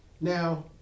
Now